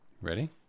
Ready